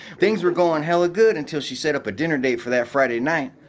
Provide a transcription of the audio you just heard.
things were going hella good until she set up a dinner date for that friday night.